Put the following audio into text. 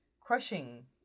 crushing